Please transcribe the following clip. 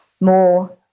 more